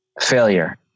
Failure